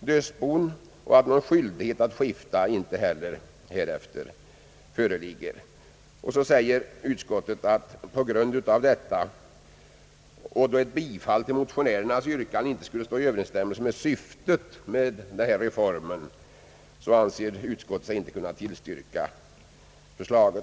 dödsbon och att någon skyldighet att skifta dödsboet inte heller härefter föreligger. På grund därav, fortsätter utskottet, och då ett bifall till motionärernas yrkanden inte skulle stå i överensstämmelse med syftet med reformen, anser utskottet sig inte kunna tillstyrka motionen.